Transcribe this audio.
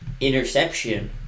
Interception